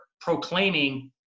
proclaiming